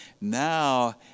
now